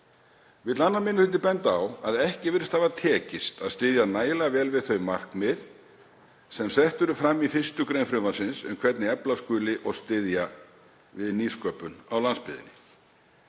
Vill 2. minni hluti benda á að ekki virðist hafa tekist að styðja nægilega vel við þau markmið sem sett eru fram í 1. gr. frumvarpsins um hvernig efla skuli og styðja við nýsköpun á landsbyggðinni.